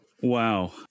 Wow